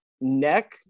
neck